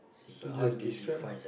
so just describe lah